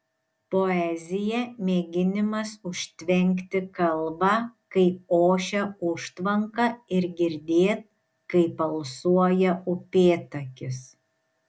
poezija mėginimas užtvenkti kalbą kai ošia užtvanka ir girdėt kaip alsuoja upėtakis